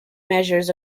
measures